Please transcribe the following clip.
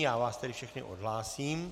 Já vás tedy všechny odhlásím.